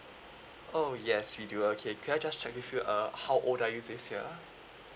oh yes we do okay can I just check with you uh how old are you this year